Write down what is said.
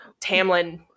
Tamlin